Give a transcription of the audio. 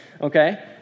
okay